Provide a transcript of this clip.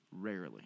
Rarely